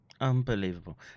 Unbelievable